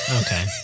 Okay